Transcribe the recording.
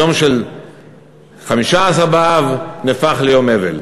היום של חמישה-עשר באב, נהפך ליום אבל.